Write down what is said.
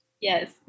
Yes